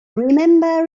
remember